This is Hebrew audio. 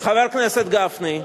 חבר הכנסת גפני,